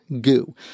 goo